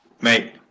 mate